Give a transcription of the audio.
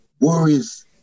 worries